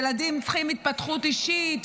ילדים צריכים התפתחות אישית,